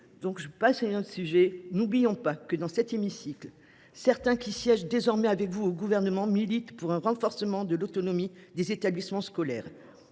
l’Assemblée nationale. Ne l’oublions pas, dans cet hémicycle, certains, qui siègent désormais avec vous au Gouvernement, militent pour un renforcement de l’autonomie des établissements scolaires,…